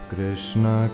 Krishna